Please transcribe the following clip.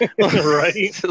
Right